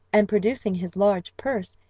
and producing his large purse,